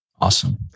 Awesome